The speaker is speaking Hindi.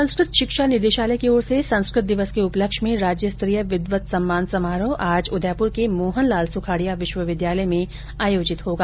संस्कृत शिक्षा निदेशालय की ओर से संस्कृत दिवस के उपलक्ष्य में राज्य स्तरीय विद्वत सम्मान समारोह आज उदयपुर के मोहनलाल सुखाडिया विश्वविद्यालय में आयोजित होगा